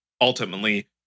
ultimately